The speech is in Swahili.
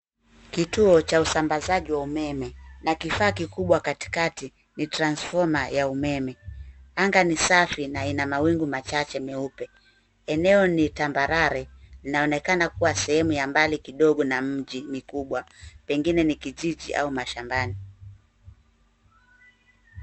Kituo cha usambazaji wa umeme na kifaa kikubwa katikati ni cs[transformer]cs ya umeme. Anga ni safi na ina mawingu machache meupe. Eneo ni tambarare, inaonekana kuwa sehemu ya mbali kidogo na mji mikubwa, pengine ni kijiji au mashambani.